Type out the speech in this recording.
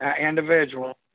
individual